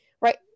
right